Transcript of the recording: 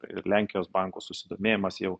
ir lenkijos bankų susidomėjimas jau